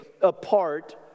apart